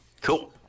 Cool